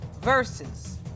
versus